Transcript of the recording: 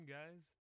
guys